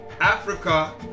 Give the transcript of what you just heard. Africa